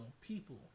people